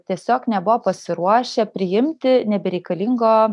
tiesiog nebuvo pasiruošę priimti nebereikalingo